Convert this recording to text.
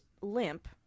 limp